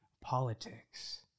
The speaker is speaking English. politics